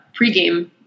pregame